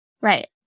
right